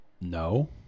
No